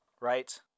Right